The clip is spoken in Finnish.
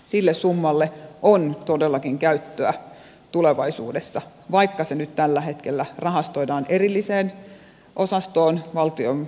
sille summalle on todellakin käyttöä tulevaisuudessa vaikka se nyt tällä hetkellä rahastoidaan erilliseen osastoon valtion budjetissa